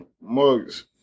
mugs